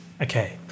Okay